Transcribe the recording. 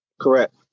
Correct